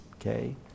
Okay